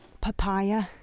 Papaya